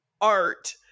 art